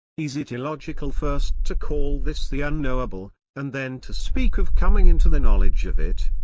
is it illogical first to call this the unknowable, and then to speak of coming into the knowledge of it?